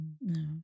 No